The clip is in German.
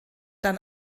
dann